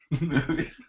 movie